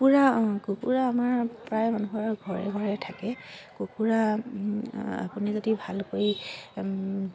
কুকুৰা অ কুকুৰা আমাৰ প্ৰায় মানুহৰ ঘৰে ঘৰে থাকে কুকুৰা আপুনি যদি ভালকৈ